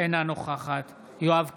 אינה נוכחת יואב קיש,